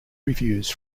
reviews